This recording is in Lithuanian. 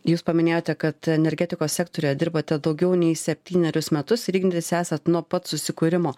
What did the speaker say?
jūs paminėjote kad energetikos sektoriuje dirbate daugiau nei septynerius metus ir ignitis esat nuo pat susikūrimo